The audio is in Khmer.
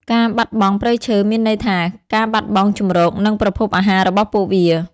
ការបាត់បង់ព្រៃឈើមានន័យថាការបាត់បង់ជម្រក និងប្រភពអាហាររបស់ពួកវា។